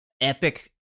epic